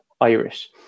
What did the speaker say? Irish